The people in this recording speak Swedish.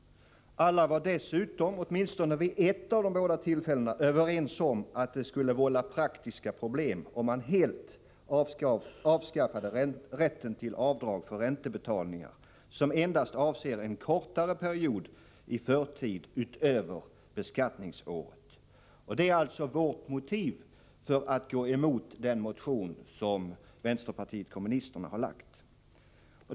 Alla var dessutom — åtminstone vid ett av de båda tillfällena — överens om att det skulle vålla praktiska problem om man helt avskaffade rätten till avdrag för räntebetalningar som endast avser en kortare period i förtid utöver beskattningsåret. Det är alltså vårt motiv för att gå emot den motion som vänsterpartiet kommunisterna har lagt fram.